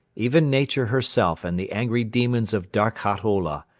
even nature herself and the angry demons of darkhat ola,